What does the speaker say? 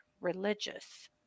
religious